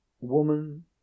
woman